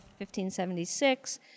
1576